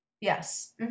Yes